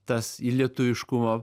tas į lietuviškumo